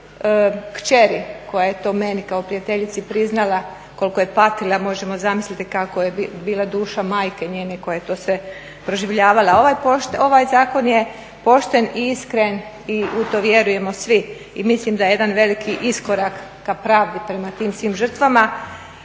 kćeri, koja je to meni kao prijateljica i priznala koliko je patila, možemo zamisliti kakao je bila duša majke njene koja to sve proživljavala. Ovaj zakon je pošten i iskren i u to vjerujemo svi i mislim da je jedan veliki iskorak ka pravdi prema svim tim žrtvama.